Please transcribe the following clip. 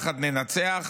"יחד ננצח"?